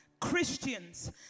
Christians